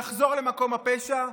לחזור למקום הפשע,